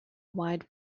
wide